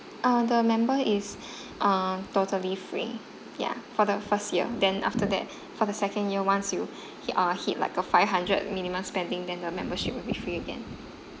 uh the member is um totally free ya for the first year then after that for the second year once you hit uh hit like a five hundred minimum spending then the membership will be free again